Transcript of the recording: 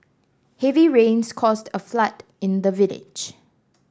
heavy rains caused a flood in the village